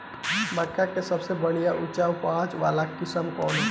मक्का में सबसे बढ़िया उच्च उपज वाला किस्म कौन ह?